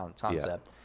concept